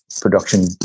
production